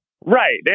Right